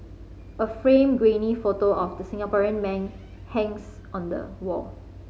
a framed grainy photo of the Singaporean man hangs on the wall